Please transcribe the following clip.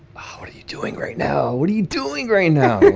how are you doing right now? what are you doing right now?